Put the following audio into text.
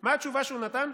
מה התשובה שהוא נתן?